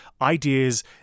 ideas